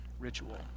ritual